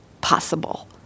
possible